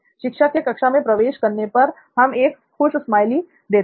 शिक्षक के कक्षा में प्रवेश करने पर हम एक खुश स्माइली देते हैं